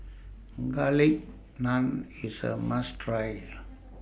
Garlic Naan IS A must Try